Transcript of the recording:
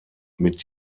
mit